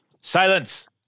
Silence